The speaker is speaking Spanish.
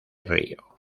río